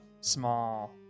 Small